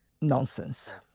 nonsense